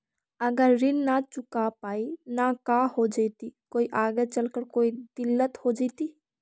अगर ऋण न चुका पाई न का हो जयती, कोई आगे चलकर कोई दिलत हो जयती?